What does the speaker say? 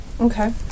Okay